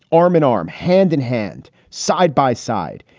arm in arm, hand in hand, side by side.